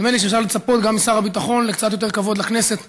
נדמה לי שאפשר לצפות גם משר הביטחון לקצת יותר כבוד לכנסת ולחבריה.